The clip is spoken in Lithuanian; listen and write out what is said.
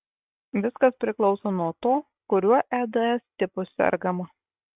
viskas priklauso nuo to kuriuo eds tipu sergama